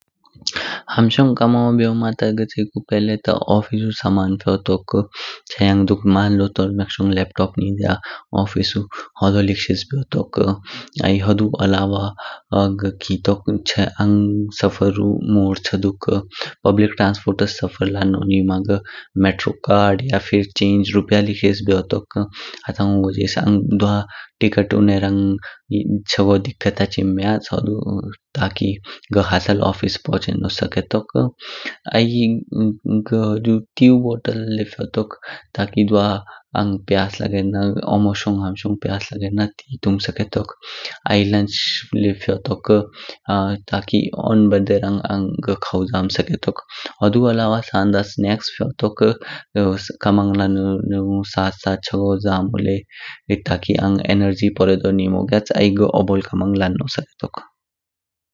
हमशिग कामागो ब्ययोमा ता घ च्यिकु पहले ता ओफिसु समन फयोतो। मान लो टोरम्यक शोंग लैपटॉप निज्या ओफिसु होदो लिख्सिस्स ब्ययोतो। आई हुदु अलावा घ खितो छे आंग सफारु मोड छे दुक। पब्लिक ट्रांस्पोर्ट्स सफार लानो निमा घ मेट्रो कार्ड या फिर चेंज रुपया लिख्सिश ब्ययोतो। हाटानु वाजेस आंग द्वा टिकट उन्नेरंग चागो दिक्कत हाचिम म्यच हू। ताकि घhh हसल ओफिस पहुँचेनो स्केतो। आई घ हू। तीउ बोत्तेले लय फयोतो आंग प्यास लगेन्ना ओमो शोंग हमशोंग प्यास लगेना ती तुं स्केतो। आई लंच ल्य जासतोक ताकि ओन्न ब्देरंग घ खा जम स्केतो। हुदु अलावा सान दा स्नेक्स फयोतो, कामंग लंने रन्ग साथ साथ चागो जमो ल्य। ताकि आंग ऊर्जा पोरेनो गया ताकि घ ओबोल कामंग लानो स्केतो।